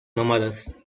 nómadas